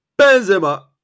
Benzema